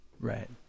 Right